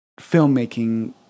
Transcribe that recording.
filmmaking